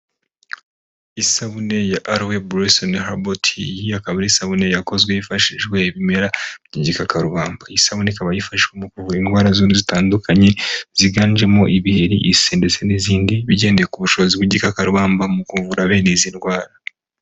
Isabune ya alowe brosomu herbal tea akaba ari isabune yakozwe hifashijwe ibimera by'igikakarubamba isabune ikaba yifashishwa mu kuvura indwara zitandukanye ziganjemo ibiheri, ise ndetse n'izindi bigendeye ku bushobozi bw'igikakabamba mu kuvura bene izi ndwara.